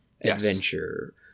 adventure